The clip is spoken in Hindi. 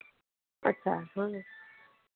अच्छा हाँ